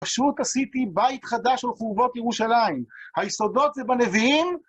פשוט עשיתי בית חדש על חורבות ירושלים. היסודות זה בנביאים,